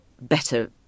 better